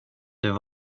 det